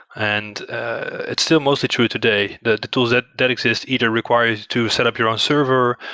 and ah it's still mostly true today that the tools that that exist either requires to set up your own server,